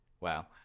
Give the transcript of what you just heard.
wow